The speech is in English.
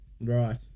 right